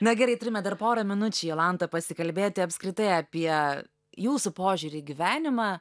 na gerai turime dar porą minučių jolanta pasikalbėti apskritai apie jūsų požiūrį į gyvenimą